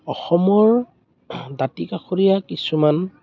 অসমৰ দাঁতি কাষৰীয়া কিছুমান